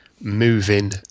moving